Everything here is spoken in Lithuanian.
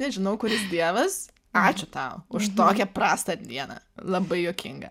nežinau kuris dievas ačiū tau už tokią prastą dieną labai juokinga